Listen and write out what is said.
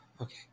Okay